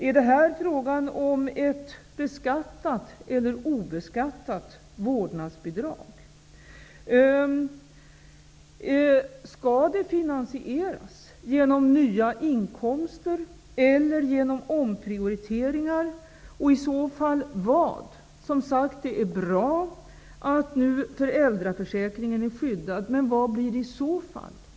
Är det fråga om ett beskattat eller obeskattat vårdnadsbidrag? Skall det finansieras genom nya inkomster eller genom omprioriteringar, och vad berörs i så fall? Det är som sagt bra att föräldraförsäkringen nu är skyddad. Men vad blir det i så fall fråga om?